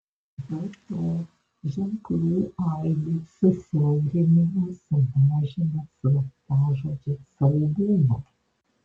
be to ženklų aibės susiaurinimas sumažina slaptažodžio saugumą